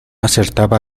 acertaba